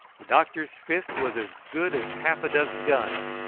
the doctor's fist was as good as half a dozen guns,